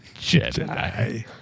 Jedi